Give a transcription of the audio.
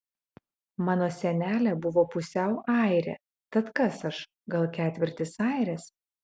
mano senelė buvo pusiau airė tad kas aš gal ketvirtis airės